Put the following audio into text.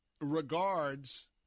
regards